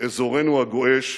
באזורנו הגועש,